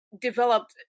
developed